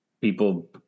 people